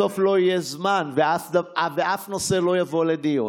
בסוף לא יהיה זמן, ואף נושא לא יבוא לדיון.